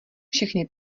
všechny